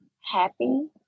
happy